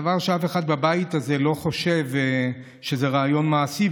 דבר שאף אחד בבית הזה לא חושב שזה רעיון מעשי,